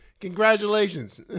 Congratulations